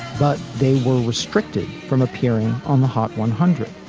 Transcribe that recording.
but they were restricted from appearing on the hot one hundred.